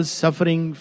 suffering